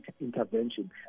intervention